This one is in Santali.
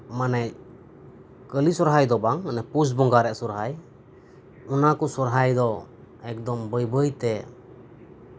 ᱢᱟᱱᱮ ᱠᱟᱹᱞᱤ ᱥᱚᱨᱦᱟᱭ ᱫᱚ ᱵᱟᱝ ᱚᱱᱮ ᱯᱩᱥ ᱵᱚᱸᱜᱟ ᱨᱮᱭᱟᱜ ᱥᱚᱨᱦᱟᱭ ᱚᱱᱟ ᱠᱚ ᱥᱚᱨᱦᱟᱭ ᱫᱚ ᱮᱠᱫᱚᱢ ᱵᱟᱹᱭ ᱵᱟᱹᱭᱛᱮ